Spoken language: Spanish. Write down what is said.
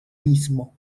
mismo